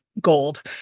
gold